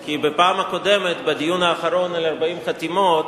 כי בפעם הקודמת, בדיון האחרון בשל 40 חתימות